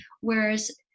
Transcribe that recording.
whereas